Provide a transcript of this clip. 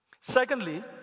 Secondly